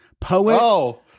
Poet